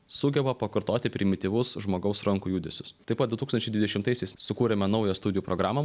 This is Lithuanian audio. sugeba pakartoti primityvus žmogaus rankų judesius taip pat du tūkstančiai dvidešimtaisiais sukūrėme naują studijų programą